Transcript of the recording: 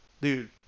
dude